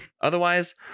otherwise